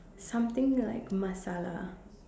something like masala